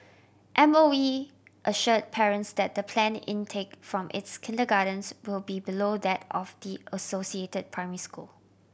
M O E assure parents that the planned intake from its kindergartens will be below that of the associated primary school